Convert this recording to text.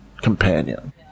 companion